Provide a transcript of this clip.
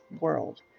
world